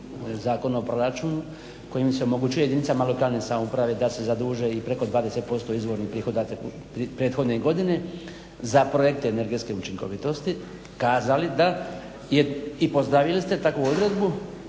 Zakon o proračunu kojim se omogućuje jedinicama lokalne samouprave da se zaduže i preko 20% izvornih prihoda prethodne godine za projekte energetske učinkovitosti kazali da i pozdravili ste takvu odredbu